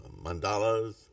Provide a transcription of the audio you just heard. mandalas